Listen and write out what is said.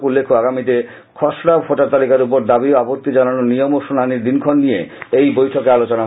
উল্লেখ্য আগামীতে খসড়া ভোটার তালিকার উপর দাবি আপত্তি জানানোর নিয়ম ও শুনানীর দিনক্ষণ নিয়ে এই বৈঠকে আলোচনা হয়েছে